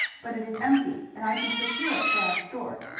but it is empty and i can secure it for our store.